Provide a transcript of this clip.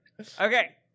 Okay